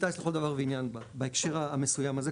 טייס לכל דבר ועניין בהקשר המסוים הזה,